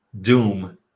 Doom